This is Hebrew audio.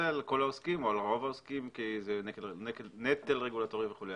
לכל העוסקים או על רוב העוסקים כי זה נטל רגולטורי וכולי.